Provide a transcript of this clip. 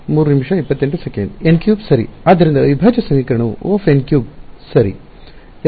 ಆದ್ದರಿಂದ ಅವಿಭಾಜ್ಯ ಸಮೀಕರಣವು O ಸರಿ